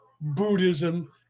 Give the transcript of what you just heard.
Buddhism